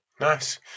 Nice